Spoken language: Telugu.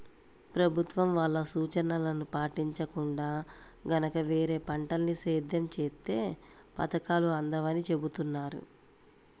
ప్రభుత్వం వాళ్ళ సూచనలను పాటించకుండా గనక వేరే పంటల్ని సేద్యం చేత్తే పథకాలు అందవని చెబుతున్నారు